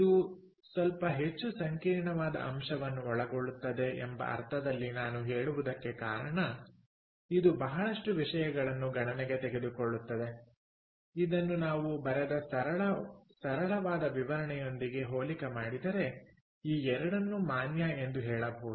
ಇದು ಸ್ವಲ್ಪ ಹೆಚ್ಚು ಸಂಕೀರ್ಣವಾದ ಅಂಶವನ್ನು ಒಳಗೊಳ್ಳುತ್ತದೆ ಎಂಬ ಅರ್ಥದಲ್ಲಿ ನಾನು ಹೇಳುವುದಕ್ಕೆ ಕಾರಣ ಇದು ಬಹಳಷ್ಟು ವಿಷಯಗಳನ್ನು ಗಣನೆಗೆ ತೆಗೆದುಕೊಳ್ಳುತ್ತದೆ ಇದನ್ನು ನಾವು ಬರೆದ ಸರಳವಾದ ವಿವರಣೆಯೊಂದಿಗೆ ಹೋಲಿಕೆ ಮಾಡಿದರೆ ಈ ಎರಡನ್ನೂ ಮಾನ್ಯ ಎಂದು ಹೇಳಬಹುದು